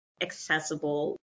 accessible